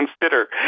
consider